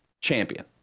champion